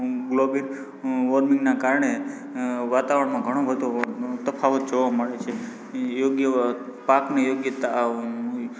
global વોર્મિંગના કારણે વાતાવરણમાં ઘણો બધો તફાવત જોવા મળે છે યોગ્ય પાકની યોગ્યતા